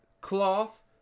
cloth